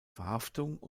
verhaftung